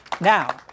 Now